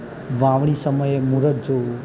વાવણી સમયે મૂરત જોવું